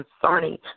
concerning